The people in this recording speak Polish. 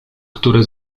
które